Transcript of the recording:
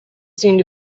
seemed